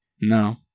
No